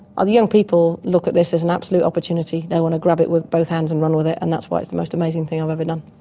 the young people look at this as an absolute opportunity, they want to grab it with both hands and run with it, and that's why it's the most amazing thing i've ever done.